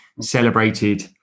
celebrated